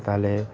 তাহলে